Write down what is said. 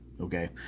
Okay